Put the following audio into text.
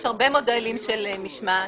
יש הרבה מודלים של משמעת,